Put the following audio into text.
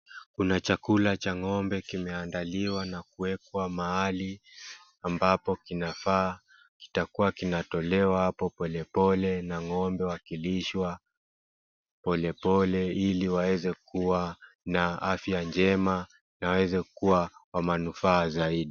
Kuna chakula cha ng'ombe kimeandaliwa na kuwekwa mahali ambapo inafaa, kitakuwa kinatolewa hapo polepole na ng'ombe wakilishwa polepole ili waweze kuwa na afya njema na waweze kuwa wa manufaa zaidi.